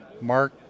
Mark